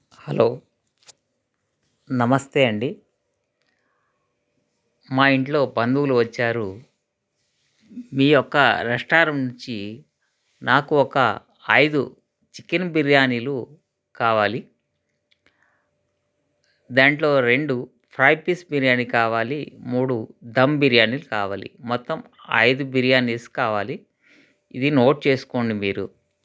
hello నమస్తే అండి మా ఇంట్లో బంధువులు వచ్చారు మీ యొక్క రెస్టారం నుంచి నాకు ఒక ఐదు చికెన్ బిర్యానీలు కావాలి దాంట్లో రెండు ఫ్రై పీస్ బిర్యానీ కావాలి మూడు దమ్ బిర్యానీ కావాలి మొత్తం ఐదు బిర్యానీస్ కావాలి ఇది నోట్ చేసుకోండి మీరు